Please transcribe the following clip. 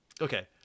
Okay